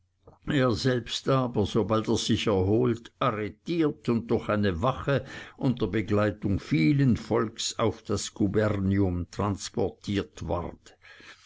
er selbst aber sobald er sich erholt arretiert und durch eine wache unter begleitung vielen volks auf das gubernium transportiert ward